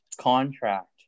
contract